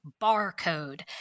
Barcode